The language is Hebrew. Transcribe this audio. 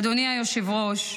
אדוני היושב-ראש,